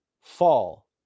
fall